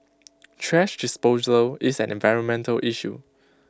thrash disposal is an environmental issue